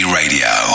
radio